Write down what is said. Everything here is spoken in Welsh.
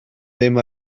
ddim